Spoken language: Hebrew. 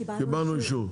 קיבלנו אישור.